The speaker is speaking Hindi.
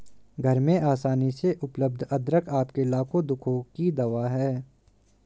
घर में आसानी से उपलब्ध अदरक आपके लाखों दुखों की दवा है